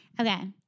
Okay